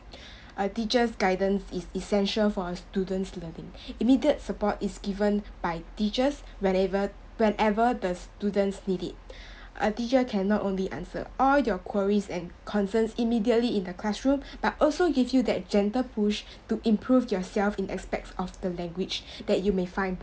a teacher's guidance is essential for a student's learning immediate support is given by teachers where ever whenever the students need it a teacher can not only answer all your queries and concerns immediately in the classroom but also give you that gentle push to improve yourself in aspects of the language that you may find b~